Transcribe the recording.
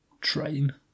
train